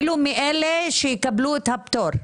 מאלה שיקבלו את הפטור.